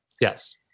Yes